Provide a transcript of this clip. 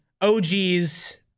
OGs